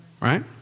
Right